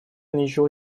ничего